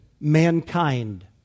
mankind